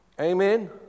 Amen